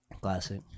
Classic